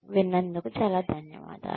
విన్నందుకు చాలా ధన్యవాదాలు